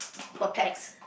per pax